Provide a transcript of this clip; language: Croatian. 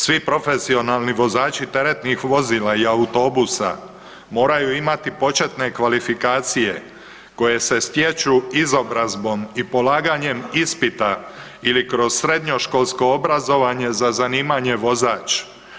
Svi profesionalni vozači teretnih vozila i autobusa moraju imati početne kvalifikacije koje se stječu izobrazbom i polaganjem ispita ili kroz srednje školsko obrazovanje za zanimanje vozač.